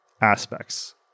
aspects